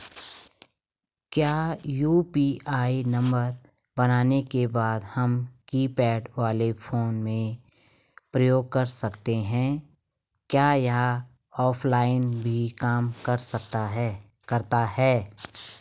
क्या UPI number बनाने के बाद हम कीपैड वाले फोन में प्रयोग कर सकते हैं क्या यह ऑफ़लाइन भी काम करता है?